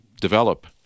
develop